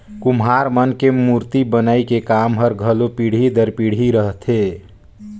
कुम्हार मन के मूरती बनई के काम हर घलो पीढ़ी दर पीढ़ी रहथे